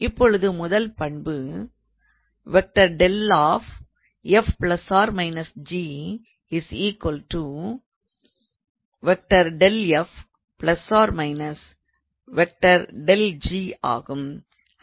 இப்பொழுது முதல் பண்பு ஆகும்